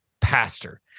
pastor